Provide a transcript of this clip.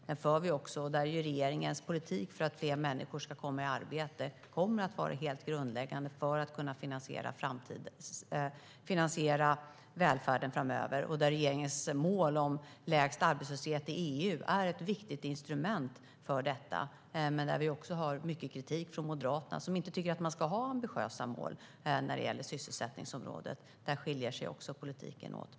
Den för vi också, och där kommer regeringens politik för att fler människor ska komma i arbete att vara helt grundläggande för att kunna finansiera välfärden framöver. Regeringens mål om lägst arbetslöshet i EU är ett viktigt instrument för detta. Där hör vi mycket kritik från Moderaterna, som inte tycker att man ska ha ambitiösa mål för sysselsättningsområdet. Där skiljer sig politiken åt.